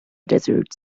desert